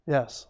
Yes